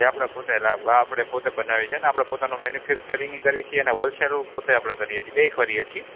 એ આપડે પોતે આપડે પોતે બનાવીએ આપડે પોતાનો મેનિફેક્ચરિંગ કરી છીએ અને હૉલસેરૂ આપડે પોતે કરીએ છીએ બે કરીએ છીએ